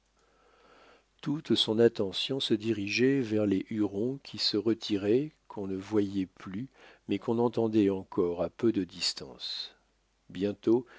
toute son attention se dirigeait vers les hurons qui se retiraient qu'on ne voyait plus mais qu'on entendait encore à peu de distance bientôt